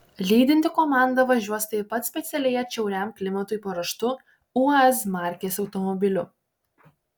lydinti komanda važiuos taip pat specialiai atšiauriam klimatui paruoštu uaz markės automobiliu